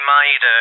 made